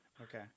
Okay